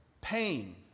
Pain